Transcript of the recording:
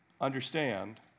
Understand